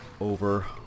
over